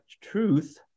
truth